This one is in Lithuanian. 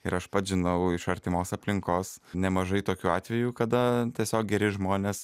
ir aš pats žinau iš artimos aplinkos nemažai tokių atvejų kada tiesiog geri žmonės